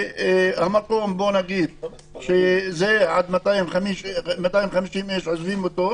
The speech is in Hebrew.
מקום שזה עד 250 איש, עוזבים אותו,